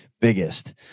biggest